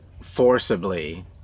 forcibly